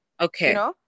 Okay